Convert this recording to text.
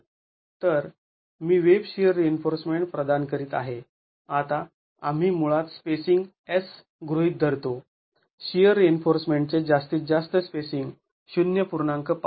तर मी web shear reinforcement प्रदान करीत आहे आता आम्ही मुळात स्पेसिंग s गृहीत धरतो शिअर रिइन्फोर्समेंटचे जास्तीत जास्त स्पेसिंग ०